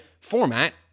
format